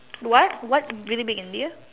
what what really being India